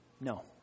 No